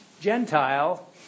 Gentile